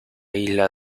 isla